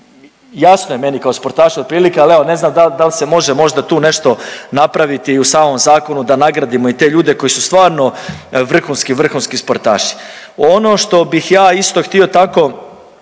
jasno je meni kao sportašu otprilike, ali evo ne znam da li se može možda tu nešto napraviti i u samom zakonu da nagradimo i te ljude koji su stvarno vrhunski, vrhunski sportaši. Ono što bih ja isto htio tako